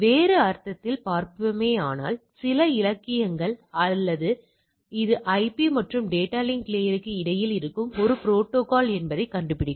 எனவே வேறு அர்த்தத்தில் பார்ப்போமேயானால் சில இலக்கியங்கள் இது ஐபி மற்றும் டேட்டா லிங்க் லேயர்க்கு இடையில் இருக்கும் ஒரு புரோட்டோகால் என்பதைக் கண்டுபிடிக்கும்